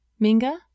Minga